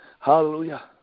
Hallelujah